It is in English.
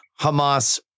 Hamas